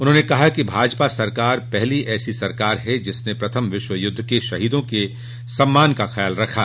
उन्होंने कहा कि भाजपा सरकार पहली ऐसी सरकार है जिसने प्रथम विश्व युद्ध के शहीदों के सम्मान का ख्याल रखा